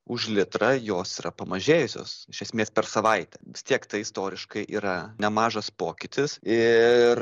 už litrą jos yra pamažėjusios iš esmės per savaitę vis tiek tai istoriškai yra nemažas pokytis ir